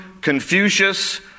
Confucius